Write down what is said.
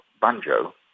banjo